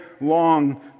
long